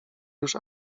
już